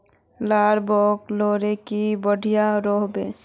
लार बैगन लगाले की बढ़िया रोहबे?